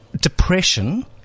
depression